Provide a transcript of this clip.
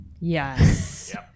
Yes